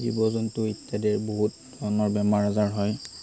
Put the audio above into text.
জীৱ জন্তু ইত্য়াদিৰ বহুত ধৰণৰ বেমাৰ আজাৰ হয়